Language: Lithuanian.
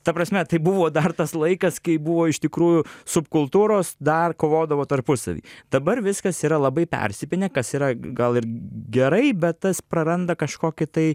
ta prasme tai buvo dar tas laikas kai buvo iš tikrųjų subkultūros dar kovodavo tarpusavy dabar viskas yra labai persipynę kas yra gal ir gerai bet tas praranda kažkokį tai